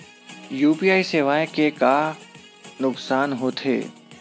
UPI सेवाएं के का नुकसान हो थे?